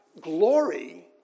glory